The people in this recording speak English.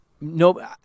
No